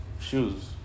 Shoes